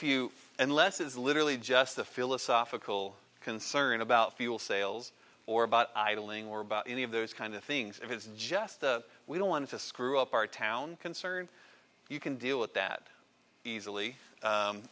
you unless it's literally just a philosophical concern about fuel sales or about idling or about any of those kind of things if it's just we don't want to screw up our town concern you can deal with that easily